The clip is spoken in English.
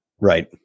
Right